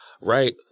Right